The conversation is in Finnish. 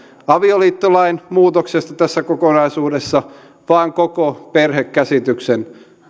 avioliittolain muutoksesta tässä kokonaisuudessa vaan koko perhekäsityksen